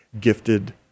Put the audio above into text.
gifted